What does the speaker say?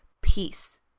peace